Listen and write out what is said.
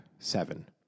seven